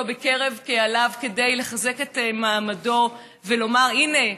בקרב קהליו כדי לחזק את מעמדו ולומר: הינה,